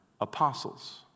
apostles